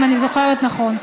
אם אני זוכרת נכון.